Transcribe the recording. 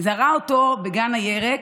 מכובדי היושב-ראש,